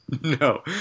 No